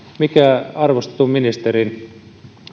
mikä arvostetun ministerin